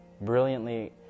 brilliantly